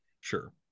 sure